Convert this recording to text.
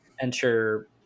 enter